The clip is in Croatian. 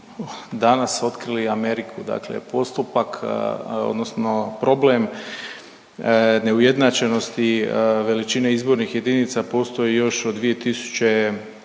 danas otkrili Ameriku, dakle postupak odnosno problem neujednačenosti veličine izbornih jedinica postoji još od 2010.g.